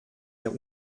der